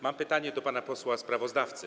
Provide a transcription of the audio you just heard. Mam pytania do pana posła sprawozdawcy.